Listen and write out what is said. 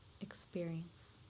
experience